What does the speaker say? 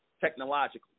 technologically